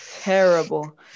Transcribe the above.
terrible